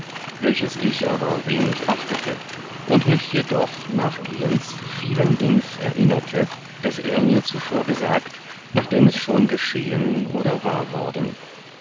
welches ich aber wenig achtete und mich jedoch nachgehends vielen dings erinnerte das er mir zuvor gesagt nachdem es schon geschehen oder wahr worden